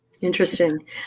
Interesting